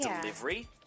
delivery